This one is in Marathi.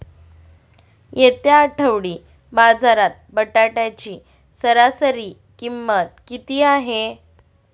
येत्या आठवडी बाजारात बटाट्याची सरासरी किंमत किती आहे?